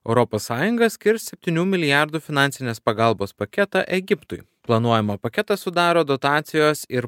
europos sąjunga skirs septynių milijardų finansinės pagalbos paketą egiptui planuojamą paketą sudaro dotacijos ir